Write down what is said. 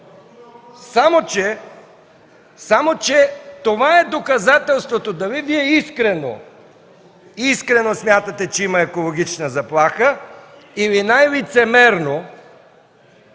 Само че това е доказателството – дали Вие искрено смятате, че има екологична заплаха, или най-лицемерно,